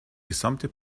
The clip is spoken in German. gesamte